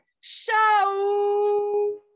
Show